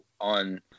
on